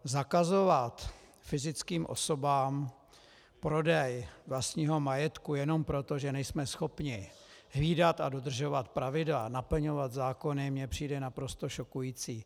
Zakazovat fyzickým osobám prodej vlastního majetku jenom proto, že nejsme schopni hlídat a dodržovat pravidla a naplňovat zákony, mně přijde naprosto šokující.